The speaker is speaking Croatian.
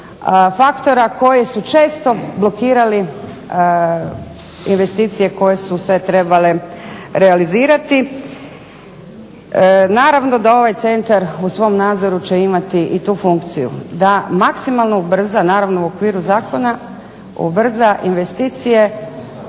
faktora koji su često blokirali investicije koje su se trebale realizirati. Naravno da ovaj centar u svom nadzoru će imati i tu funkciju, da maksimalno ubrza naravno u okviru zakona ubrza investicije